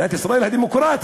מדינת ישראל הדמוקרטית.